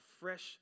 fresh